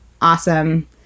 awesome